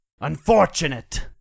Unfortunate